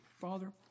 Father